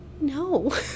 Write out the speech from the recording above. no